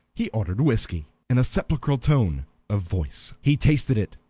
he ordered whiskey, in a sepulchral tone of voice. he tasted it,